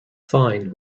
fine